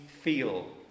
feel